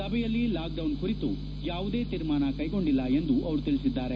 ಸಭೆಯಲ್ಲಿ lockdown ಕುರಿತು ಯಾವುದೇ ತೀರ್ಮಾನ ಕೈಗೊಂಡಿಲ್ಲ ಎಂದು ಅವರು ತಿಳಿಸಿದ್ದಾರೆ